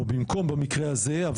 או במקום במקרה הזה,